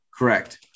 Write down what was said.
Correct